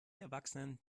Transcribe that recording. erwachsenen